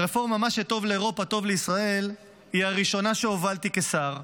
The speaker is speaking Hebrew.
הרפורמה "מה שטוב לאירופה טוב לישראל" היא הראשונה שהובלתי כשר.